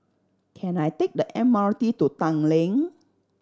can I take the M R T to Tanglin